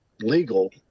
legal